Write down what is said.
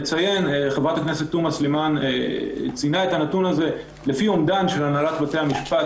חברת הכנסת תומא סלימאן ציינה את הנתון שלפי אומדן של הנהלת בתי המשפט,